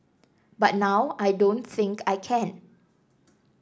but now I don't think I can